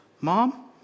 Mom